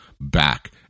back